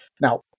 Now